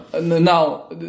Now